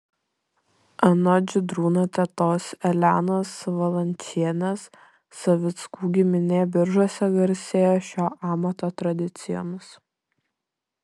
anot žydrūno tetos elenos valančienės savickų giminė biržuose garsėjo šio amato tradicijomis